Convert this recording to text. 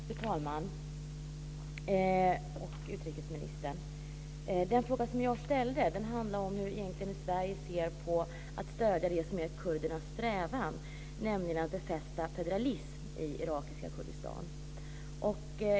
Fru talman och utrikesministern! Den fråga som jag ställde handlade egentligen om hur Sverige ser på att stödja det som är kurdernas strävan, nämligen att befästa federalismen i irakiska Kurdistan.